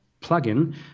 plugin